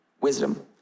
wisdom